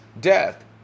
death